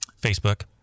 Facebook